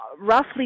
roughly